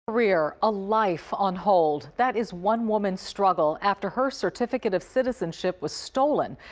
career, a life on hold. that is one woman's struggle after her certificate of citizenship was stolen.